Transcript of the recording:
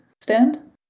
stand